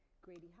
Grady